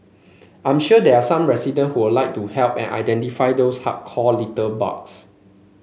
I'm sure there are some resident who would like to help identify those hardcore litterbugs